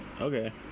Okay